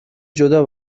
جدا